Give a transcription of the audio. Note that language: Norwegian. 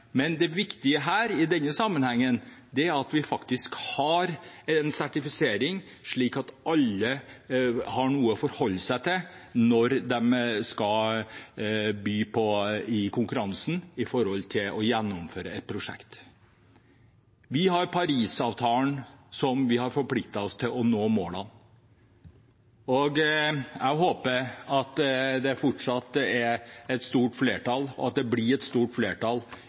men det viktige i denne sammenhengen er at vi faktisk har en sertifisering, slik at alle har noe å forholde seg til når de skal by i konkurransen, med tanke på å gjennomføre et prosjekt. Vi har Parisavtalen, der vi har forpliktet oss til å nå målene, og jeg håper at det fortsatt er et stort flertall, og at det blir et stort flertall